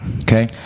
Okay